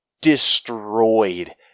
destroyed